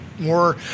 more